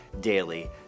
daily